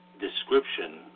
description